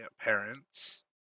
parents